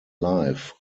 life